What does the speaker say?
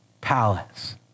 palace